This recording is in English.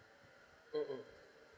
mm mm